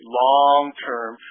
long-term